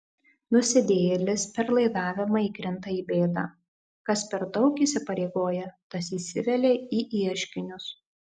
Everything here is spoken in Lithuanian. nusidėjėlis per laidavimą įkrinta į bėdą kas per daug įsipareigoja tas įsivelia į ieškinius